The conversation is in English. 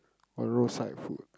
all the roadside food